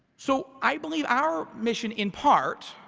so i believe our mission in part,